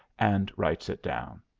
and writes it down.